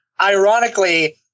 ironically